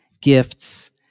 gifts